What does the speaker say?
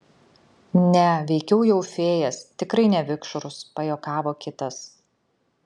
ne veikiau jau fėjas tikrai ne vikšrus pajuokavo kitas